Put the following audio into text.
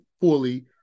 fully